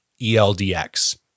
eldx